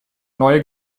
neue